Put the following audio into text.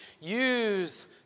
use